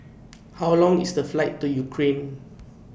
How Long IS The Flight to Ukraine